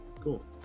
Cool